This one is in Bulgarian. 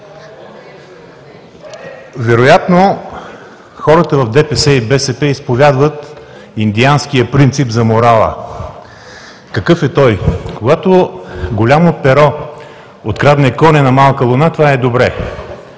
Вероятно хората в ДПС и БСП изповядват индианския принцип за морала. Какъв е той? Когато Голямо перо открадне коня на Малка луна, това е добре.